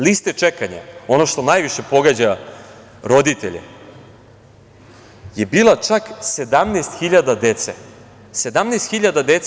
Lista čekanja, ono što najviše pogađa roditelje, je bila čak 17.000 dece.